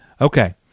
Okay